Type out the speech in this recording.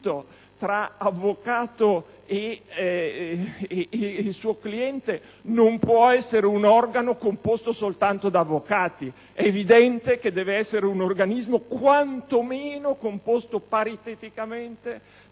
tra l'avvocato e il suo cliente non può essere un organo composto soltanto da avvocati. È evidente che deve essere un organismo quantomeno composto pariteticamente